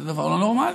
זה דבר לא נורמלי.